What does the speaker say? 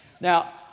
Now